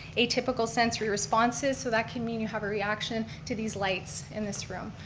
atypical sensory responses, so that can mean you have a reaction to these lights in this room.